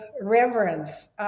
reverence